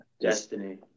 Destiny